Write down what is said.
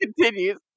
continues